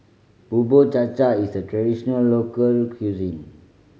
Bubur Cha Cha is a traditional local cuisine